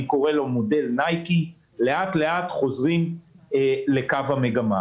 אני קורא לו "מודל נייקי" לאט-לאט חוזרים לקו המגמה.